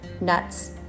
nuts